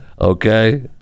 okay